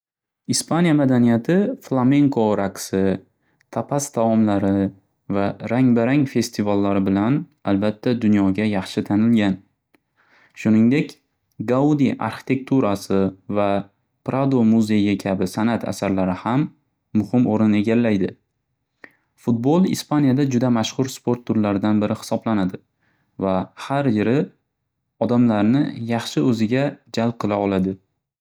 Ispaniya madaniyati Flamingo raqsi, Tapas taomlari va rang-barang festivallari bilan albatda dunyoga yaxshi tanilgan. Shuningdek Gaudi arxitekturasi va Prado muzeyi kabi san'at asarlari ham muxim o'rin egallaydi. Fudbol Ispaniyada juda mashxur sport turlaridan biri hisoblanadi va har yili odamlarni yaxshi o'ziga jalb qila oladi.